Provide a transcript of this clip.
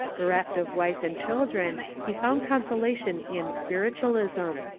bereft of wife and children, he found consolation in spiritualism.